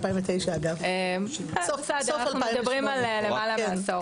אנחנו מדברים על למעלה מעשור.